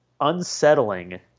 unsettling